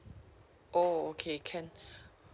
oh okay can